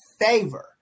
favor